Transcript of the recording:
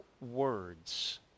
words